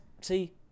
see